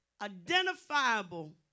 identifiable